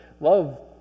Love